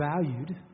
valued